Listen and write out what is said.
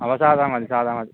അപ്പോൾ സാധനം മതി സാധനം മതി